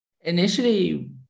Initially